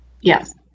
yes